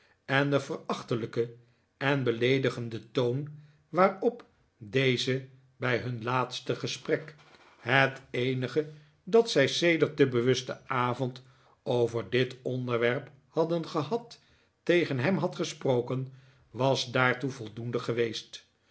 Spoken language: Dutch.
en de verachtelijke en beleedigende toon waarop deze bij hun laatste gesprek het eenige dat zij sedert den bewusten avond over dit onderwerp hadden gehad tegen hem had gesproken was daartoe voldoende geweest